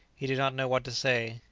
he did not know what to say.